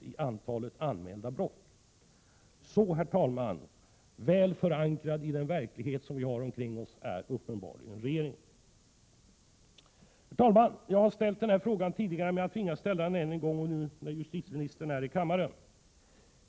Herr talman! Så väl förankrad i den verklighet som vi har omkring oss är uppenbarligen regeringen. Herr talman! Jag har ställt den här frågan tidigare, men jag tvingas ställa den än en gång när justitieministern nu är i kammaren.